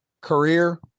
Career